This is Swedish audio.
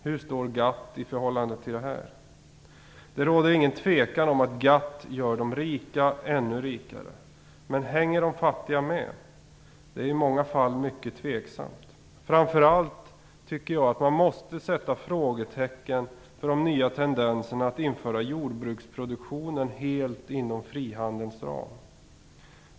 Hur står GATT i förhållande till detta? Det råder igen tvekan om att GATT gör de rika ännu rikare. Men hänger de fattiga med? Det är i många fall mycket tveksamt. Framför allt tycker jag att man måste sätta frågetecken för de nya tendenserna att införa jordbruksproduktionen helt inom frihandelns ram.